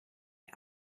der